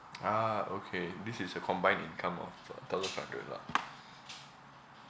ah okay this is a combined income of uh thousand five hundred lah